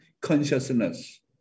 consciousness